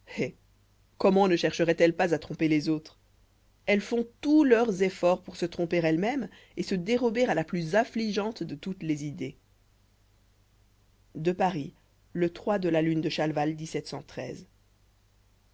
comment ne chercheroient elles pas à tromper les autres elles font tous leurs efforts pour se tromper elles-mêmes et se dérober à la plus affligeante de toutes les idées à paris le de la lune de chalval